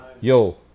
Yo